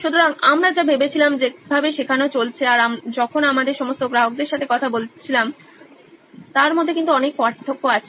সুতরাং আমরা যা ভেবেছিলাম যেভাবে শেখানো চলছে আর যখন আমাদের সমস্ত গ্রাহকদের সাথে কথা বলেছিলাম তার মধ্যে অনেক পার্থক্য আছে